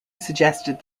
suggested